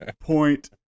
point